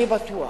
אני בטוח